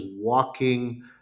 walking